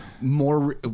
more